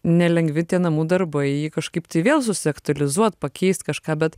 nelengvi tie namų darbai jį kažkaip tai vėl susiaktualizuot pakeist kažką bet